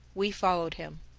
we followed him.